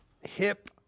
hip